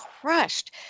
crushed